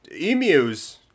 emus